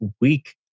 week